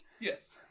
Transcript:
yes